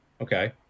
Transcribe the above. Okay